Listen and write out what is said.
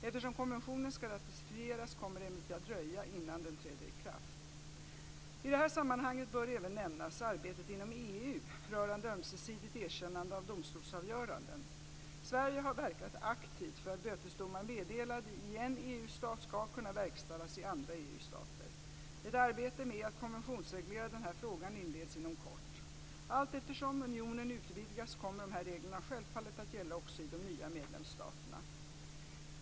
Eftersom konventionen ska ratificeras kommer det emellertid att dröja innan den träder i kraft. I detta sammanhang bör även nämnas arbetet inom EU rörande ömsesidigt erkännande av domstolsavgöranden. Sverige har verkat aktivt för att bötesdomar meddelade i en EU-stat ska kunna verkställas i andra EU-stater. Ett arbete med att konventionsreglera denna fråga inleds inom kort. Allteftersom unionen utvidgas kommer dessa regler självfallet att gälla också i de nya medlemsstaterna.